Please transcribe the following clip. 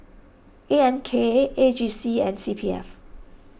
A M K A G C and C P F